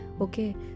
Okay